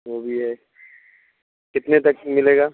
وہ بھی ہے کتنے تک ملے گا